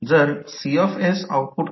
ते प्रत्यक्षात mutual inductance आहे